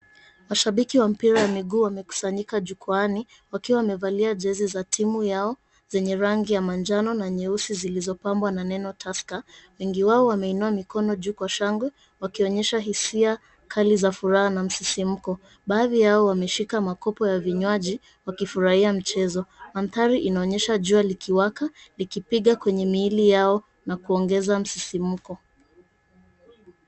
Mashabiki wa mpira wa miguu wamekusanyika jukwaani wakiwa wamevalia jezi za timu yao zenye rangi ya manjano na nyeusi zilizopambwa na neno Tusker. Wengi wao wameinua mikono juu kwa shangwe wakionyesha hisia kali za furaha na msisimko. Baadhi yao wameshika makopo ya vinywaji wakifurahia mchezo. Mandhari yanaonyesha jua likiwaka likipiga kwenye miili yao na kuongeza msisimko.